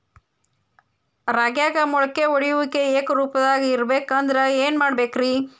ರಾಗ್ಯಾಗ ಮೊಳಕೆ ಒಡೆಯುವಿಕೆ ಏಕರೂಪದಾಗ ಇರಬೇಕ ಅಂದ್ರ ಏನು ಮಾಡಬೇಕ್ರಿ?